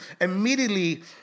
immediately